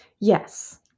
Yes